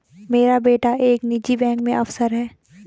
मेरा बेटा एक निजी बैंक में अफसर है